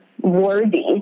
worthy